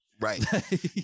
Right